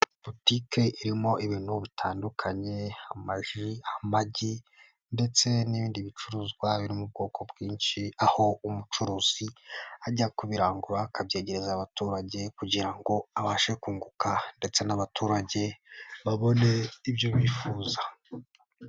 Butike irimo ibintu bitandukanye amaji, amagi ndetse n'ibindi bicuruzwa biri mu ubwoko bwinshi aho umucuruzi ajya kubirangura akabyegereza abaturage kugira ngo abashe kunguka ndetse n'abaturage babone ibyo bifuza.